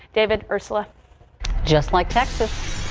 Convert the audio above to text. david ursula just like texas,